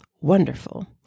wonderful